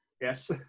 yes